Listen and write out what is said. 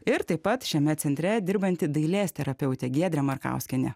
ir taip pat šiame centre dirbanti dailės terapeutė giedrė markauskienė